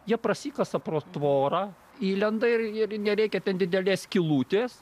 jie prasikasa pro tvorą įlenda ir ir nereikia didelės skylutės